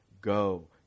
Go